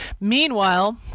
Meanwhile